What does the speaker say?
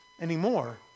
anymore